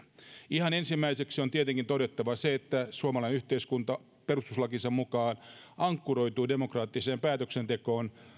ihan ensimmäiseksi on tietenkin todettava se että suomalainen yhteiskunta perustuslakinsa mukaan ankkuroituu demokraattiseen päätöksentekoon